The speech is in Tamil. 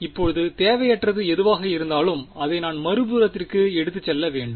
இப்போது தேவையற்றது எதுவாக இருந்தாலும் அதை நான் மறுபுறத்திற்கு எடுத்துச் செல்ல வேண்டும்